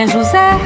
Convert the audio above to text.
José